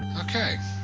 ok.